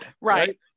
right